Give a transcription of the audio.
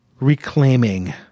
reclaiming